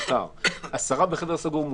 מותר 10 בחדר סגור?